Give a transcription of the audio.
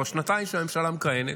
כבר שנתיים שהממשלה מכהנת,